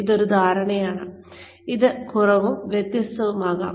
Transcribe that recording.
ഇതൊരു ധാരണയാണ് അത് കുറവും വ്യത്യസ്തവുമാകാം